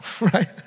Right